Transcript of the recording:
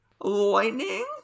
lightning